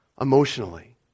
emotionally